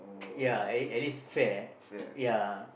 ya at at least fair ya